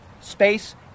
space